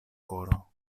koro